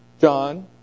John